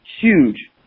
Huge